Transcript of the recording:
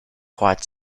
quite